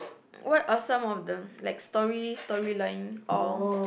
what are some of the like story story line or